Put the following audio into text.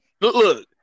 look